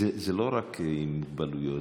זה לא רק עם מוגבלויות,